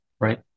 right